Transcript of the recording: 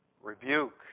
rebuke